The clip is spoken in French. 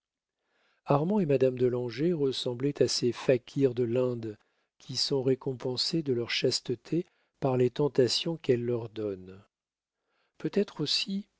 armand et madame de langeais ressemblaient à ces faquirs de l'inde qui sont récompensés de leur chasteté par les tentations qu'elle leur donne peut-être aussi